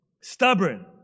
stubborn